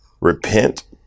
repent